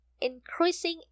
increasing